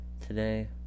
Today